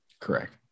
Correct